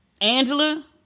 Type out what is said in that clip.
Angela